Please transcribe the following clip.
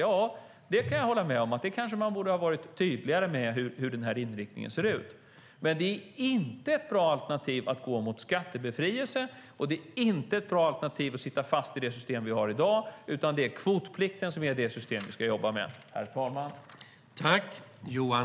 Ja, jag kan hålla med om att man kanske borde ha varit tydligare när det gäller den här inriktningen. Men det är inte ett bra alternativ att gå mot skattebefrielse, och det är inte ett bra alternativ att sitta fast i det system som vi har i dag, utan det är kvotplikten som är det system som vi ska jobba med, herr talman.